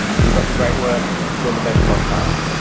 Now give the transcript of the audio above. keep up the great work. still the best podcast.